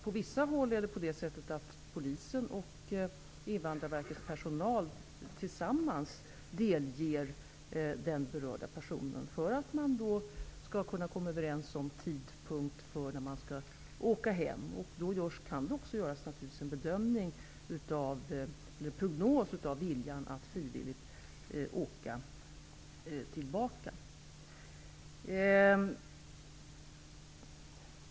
På vissa håll delger polisen och Invandrarverkets personal den berörda personen tillsammans, för att man skall kunna komma överens om vid vilken tidpunkt den berörde skall åka hem. Då kan man naturligtvis också göra en prognos över den berördes vilja att åka tillbaka frivilligt.